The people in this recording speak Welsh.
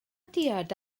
diod